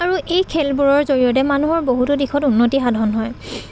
আৰু এই খেলবোৰৰ জৰিয়তে মানুহৰ বহুতো দিশত উন্নতি সাধন হয়